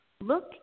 look